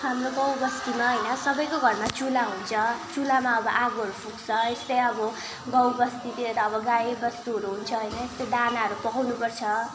हाम्रो गाउँबस्तीमा होइन सबैको घरमा चुल्हा हुन्छ चुल्हामा अबआगोहरू फुक्छ यस्तै अब गाउँबस्तीतिर त अब गाईबस्तुहरू हुन्छ होइन यस्तै दानाहरू पकाउनुपर्छ